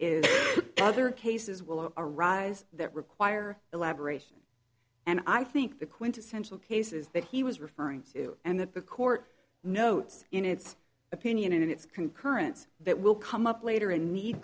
is other cases will arise that require elaboration and i think the quintessential cases that he was referring to and that the court notes in its opinion and its concurrence that will come up later and need